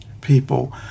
people